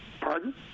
Pardon